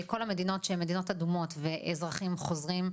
כל המדינות שהן מדינות אדומות ואזרחים חוזרים,